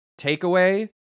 takeaway